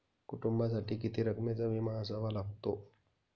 कुटुंबासाठी किती रकमेचा विमा असावा लागतो?